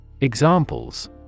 Examples